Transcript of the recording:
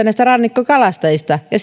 näistä rannikkokalastajista ja